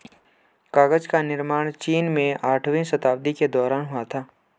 कागज का निर्माण चीन में आठवीं शताब्दी के दौरान हुआ था